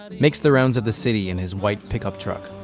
ah makes the rounds of the city in his white pickup truck.